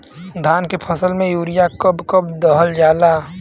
धान के फसल में यूरिया कब कब दहल जाला?